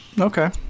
Okay